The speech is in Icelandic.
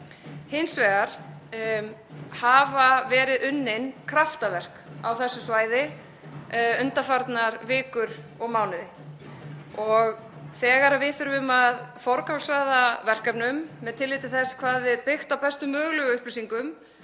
Hins vegar hafa verið unnin kraftaverk á þessu svæði undanfarnar vikur og mánuði og þegar við þurfum að forgangsraða verkefnum með tilliti til þess hvað er byggt á bestu mögulegu upplýsingum